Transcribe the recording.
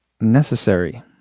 necessary